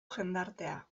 jendartea